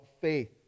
faith